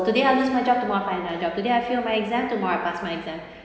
today I lose my job tomorrow I find another job today I fail my exam tomorrow I pass my exam